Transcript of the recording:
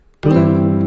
blue